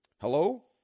Hello